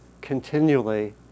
continually